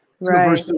Right